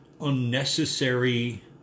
unnecessary